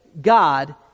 God